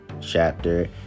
chapter